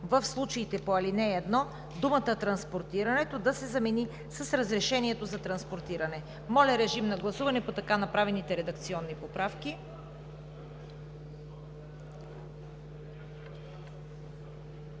„в случаите по ал. 1“ думата „транспортирането“ да се замени с „разрешението за транспортиране“. Гласуваме така направените редакционни поправки.